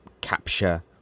capture